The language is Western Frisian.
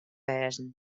wêze